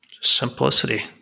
simplicity